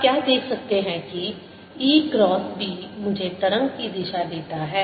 आप क्या देख सकते हैं कि E क्रॉस B मुझे तरंग की दिशा देता है